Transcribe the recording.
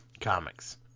comics